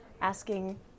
asking